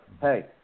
hey